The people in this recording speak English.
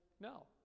No